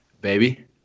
Baby